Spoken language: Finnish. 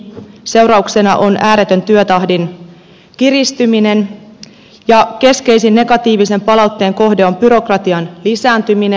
seurauksena on ääretön työtahdin kiristyminen ja keskeisin negatiivisen palautteen kohde on byrokratian lisääntyminen